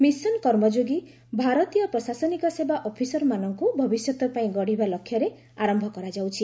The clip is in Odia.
ମିଶନ୍ କର୍ମଯୋଗୀ ଭାରତୀୟ ପ୍ରଶାସନିକ ସେବା ଅଫିସରମାନଙ୍କୁ ଭବିଷ୍ୟତ ପାଇଁ ଗଡ଼ିବା ଲକ୍ଷ୍ୟରେ ଆରମ୍ଭ କରାଯାଉଛି